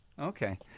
Okay